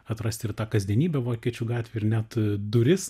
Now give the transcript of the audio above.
atrasti ir tą kasdienybę vokiečių gatvėj ir net duris